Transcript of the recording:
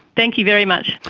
thank you very much.